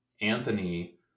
Anthony